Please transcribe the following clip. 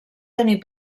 tenir